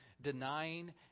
denying